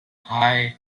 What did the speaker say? hei